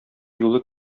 юлы